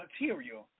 material